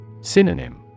Synonym